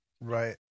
right